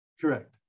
Correct